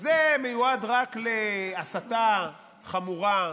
זה מיועד רק להסתה חמורה.